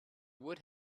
would